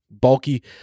Bulky